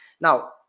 Now